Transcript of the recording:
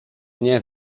nie